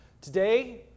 Today